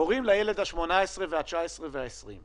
הורים לילד ה-18, לילד ה-19 ולילד ה-20.